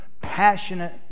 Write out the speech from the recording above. passionate